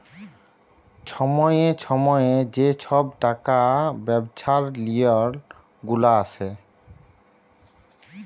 ছময়ে ছময়ে যে ছব টাকা ব্যবছার লিওল গুলা আসে